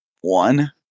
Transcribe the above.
one